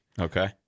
okay